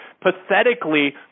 pathetically